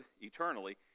eternally